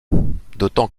d’autant